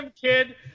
kid